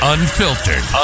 Unfiltered